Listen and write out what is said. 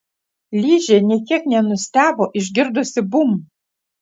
ližė nė kiek nenustebo išgirdusi bum